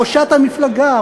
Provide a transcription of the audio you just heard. ראשת המפלגה,